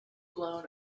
blown